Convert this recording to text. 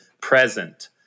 Present